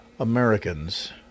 Americans